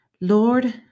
Lord